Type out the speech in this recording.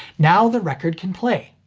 now the record can play.